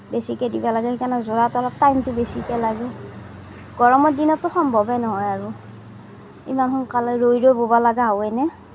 বেছিকৈ দিব লাগে সেইকাৰণে যোৰাত অলপ টাইমটো অলপ বেছিকে লাগে গৰমৰ দিনততো সম্ভৱে নহয় আৰু ইমান সোনকালে ৰৈ ৰৈ বব লগা হয়ন